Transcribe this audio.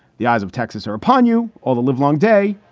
the eyes of texas are upon you. all the live long day.